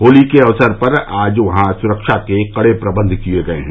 होली के अवसर पर आज वहां सुरक्षा के कड़े प्रबंध किए गये हैं